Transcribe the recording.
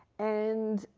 and